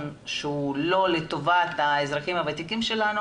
שהוא לא לטובת האזרחים הוותיקים שלנו